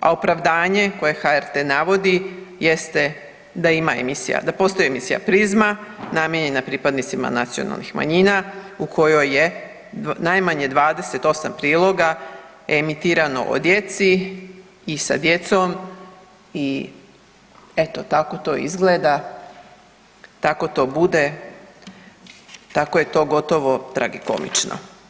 a opravdanje koje HRT navodi jeste da ima emisija, da postoji emisija „Prizma“ namijenjena pripadnicima nacionalnih manjina u kojoj je najmanje 28 priloga emitirano o djeci i sa djecom i eto tako to izgleda, tako to bude, tako je to gotovo tragikomično.